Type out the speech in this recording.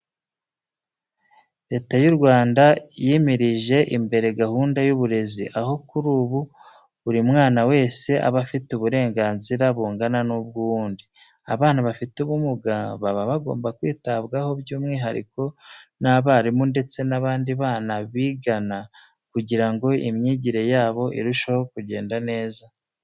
Leta y'u Rwanda yimirije imbere gahunda y'uburezi, aho kuri ubu buri mwana wese aba afite uburenganzira bungana n'ubw'uwundi. Abana bafite ubumuga baba bagomba kwitabwaho by'umwihariko n'abarimu ndetse n'abandi bana bigana kugira ngo imyigire yabo irusheho kugenda neza.